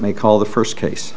may call the first case